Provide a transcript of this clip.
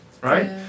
right